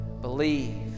Believe